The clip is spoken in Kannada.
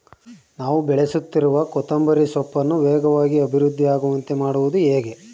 ನಾನು ಬೆಳೆಸುತ್ತಿರುವ ಕೊತ್ತಂಬರಿ ಸೊಪ್ಪನ್ನು ವೇಗವಾಗಿ ಅಭಿವೃದ್ಧಿ ಆಗುವಂತೆ ಮಾಡುವುದು ಹೇಗೆ?